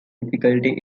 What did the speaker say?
difficulty